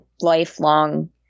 lifelong